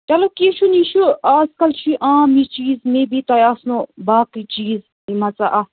چلو کیٚنٛہہ چھُنہٕ یہِ چھُ اَزکل چھِو یہِ عام یہِ چیٖز میے بی تۄہہِ آسنو باقٕے چیٖز یِم سا اتھ